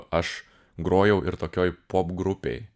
aš grojau ir tokioj popgrupėj